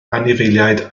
anifeiliaid